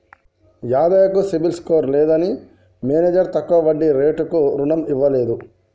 యాదయ్య కు CIBIL score లేదని manager తక్కువ వడ్డీ రేటుకు రుణం ఇవ్వలేదు